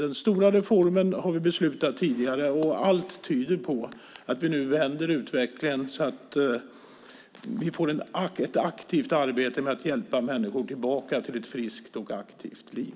Men den stora reformen har vi fattat beslut om tidigare, och allt tyder på att vi nu vänder utvecklingen så att vi får ett aktivt arbete med att hjälpa människor tillbaka till ett friskt och aktivt liv.